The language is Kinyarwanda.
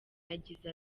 yagize